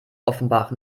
offenbach